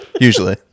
usually